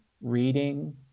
reading